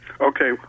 Okay